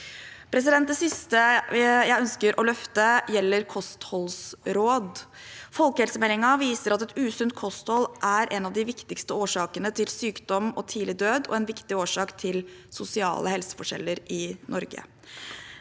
Det siste jeg ønsker å løfte, gjelder kostholdsråd. Folkehelsemeldingen viser at et usunt kosthold er en av de viktigste årsakene til sykdom og tidlig død, og en viktig årsak til sosiale helseforskjeller i Norge.